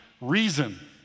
Reason